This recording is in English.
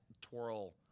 twirl